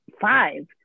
five